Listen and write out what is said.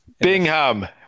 Bingham